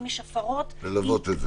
אם יש הפרות -- ללוות את זה.